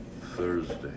Thursday